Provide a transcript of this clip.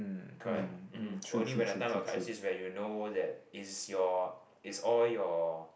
correct um hm only when the time of crisis when you know that is your is all your